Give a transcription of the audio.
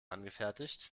angefertigt